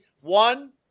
One